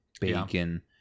bacon